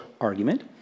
argument